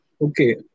okay